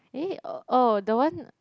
eh oh the one